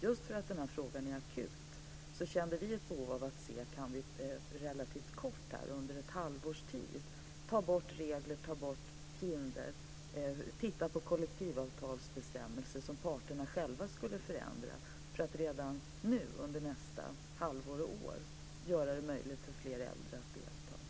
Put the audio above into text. Just för att frågan är akut kände vi ett behov av att se om vi inom relativt kort tid, under ett halvårs tid, ta bort regler och hinder, titta på kollektivavtalsbestämmelser som parterna själva skulle förändra för att redan nu, under nästa halvår och år, göra det möjligt för fler äldre att delta.